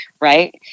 right